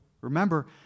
remember